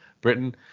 Britain